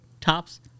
tops